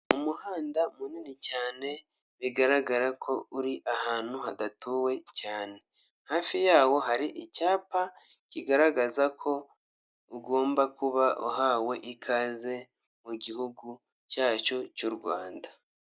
Umuhanda munini cyane bigaragara ko uri ahantu hadatuwe cyane, hafi yawo hari icyapa kigaragaza ko ugomba kuba uhawe ikaze mu gihugu cyacu cy'u Rwanda.